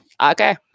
Okay